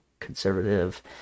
conservative